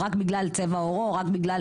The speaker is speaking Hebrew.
רק בגלל צבע עורו או רק בגלל